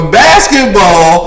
basketball